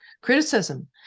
criticism